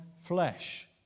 flesh